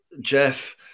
Jeff